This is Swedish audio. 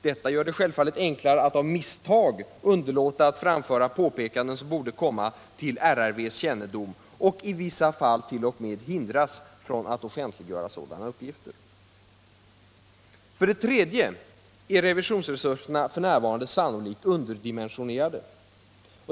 Detta gör det självfallet enklare att av misstag underlåta att framföra påpekanden som borde komma till riksrevisionsverkets kännedom och i vissa fall t.o.m. hindras från att offentliggöra sådana uppgifter. För det tredje är revisionsresurserna f. n. sannolikt underdimensionerade.